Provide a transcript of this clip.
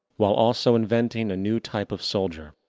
while also inventing a new type of soldier.